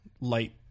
light